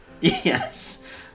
Yes